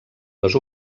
les